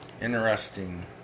Interesting